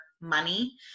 money